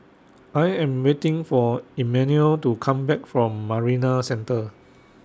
I Am waiting For Emmanuel to Come Back from Marina Centre